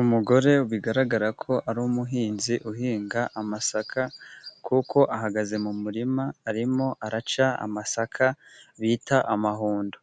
Umugore bigaragara ko ari umuhinzi uhinga amasaka, kuko ahagaze mu murima, arimo araca amasaka bita amahundo.